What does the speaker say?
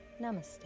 Namaste